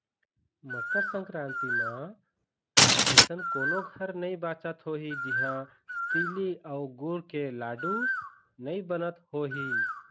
मकर संकरांति म अइसन कोनो घर नइ बाचत होही जिहां तिली अउ गुर के लाडू नइ बनत होही